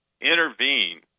intervene